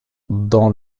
dans